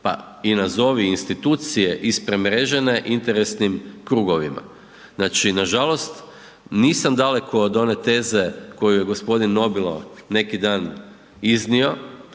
pa i nazovi institucije ispremrežene interesnim krugovima. Nažalost nisam daleko od one teze koju je g. Nobilo neki dan iznio